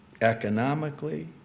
economically